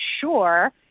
sure